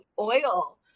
oil